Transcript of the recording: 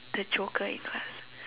the joker in class